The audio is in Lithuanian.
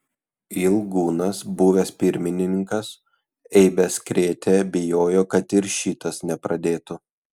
ilgūnas buvęs pirmininkas eibes krėtė bijojo kad ir šitas nepradėtų